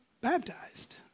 baptized